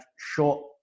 short